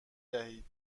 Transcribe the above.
دهید